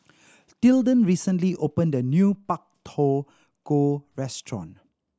Tilden recently opened a new Pak Thong Ko restaurant